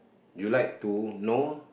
you like to know